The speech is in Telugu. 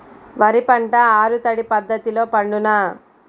వరి పంట ఆరు తడి పద్ధతిలో పండునా?